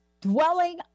dwelling